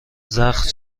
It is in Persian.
زخم